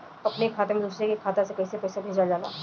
अपने खाता से दूसरे के खाता में कईसे पैसा भेजल जाला?